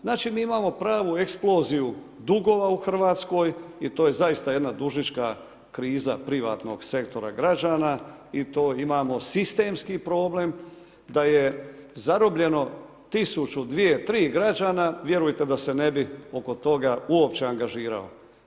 Znači mi imamo pravu eksploziju dugova u Hrvatskoj i to je zaista jedna dužnička kriza privatnog sektora građana i to imamo sistemski problem da je zarobljeno 1000, 2, 3 građana, vjerujte da se ne bi oko toga uopće angažiralo.